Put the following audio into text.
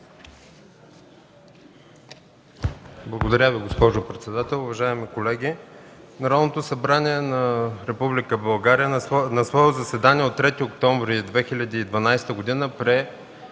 Благодаря Ви, госпожо председател. Уважаеми колеги! Народното събрание на Република България на свое заседание от 3 октомври 2012 г.